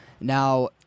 Now